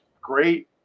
Great